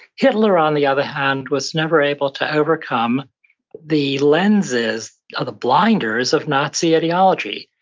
hitler, on the other hand, was never able to overcome the lenses, or the blinders of nazi ideology.